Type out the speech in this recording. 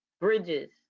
bridges